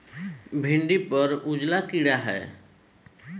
भिंडी पर उजला कीड़ा का है?